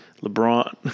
LeBron